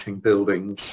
buildings